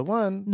one